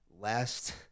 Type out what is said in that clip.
last